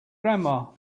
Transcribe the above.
grandma